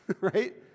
right